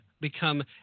become